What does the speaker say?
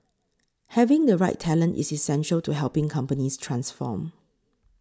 having the right talent is essential to helping companies transform